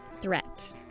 threat